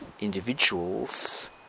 individuals